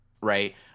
right